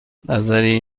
نظری